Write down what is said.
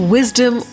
Wisdom